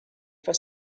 for